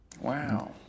Wow